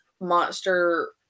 Monster